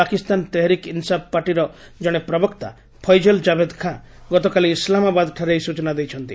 ପାକିସ୍ତାନ ତେହେରିକ୍ ଇନ୍ସାଫ୍ ପାର୍ଟିର ଜଣେ ପ୍ରବକ୍ତା ଫୈଜଲ କାଭେଦ୍ ଖାଁ ଗତକାଲି ଇସ୍ଲାମାବାଦଠାରେ ଏହି ସୂଚନା ଦେଇଛନ୍ତି